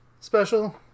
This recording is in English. special